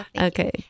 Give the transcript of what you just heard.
Okay